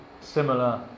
similar